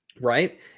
Right